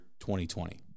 2020